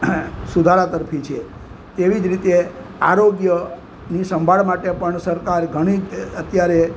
સુધારા તરફી છે તેવી જ રીતે આરોગ્યની સંભાળ માટે પણ સરકાર ઘણી રીતે અત્યારે